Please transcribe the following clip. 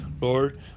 Lord